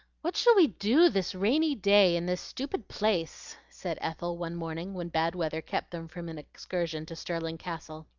what shall we do this rainy day in this stupid place? said ethel, one morning when bad weather kept them from an excursion to stirling castle.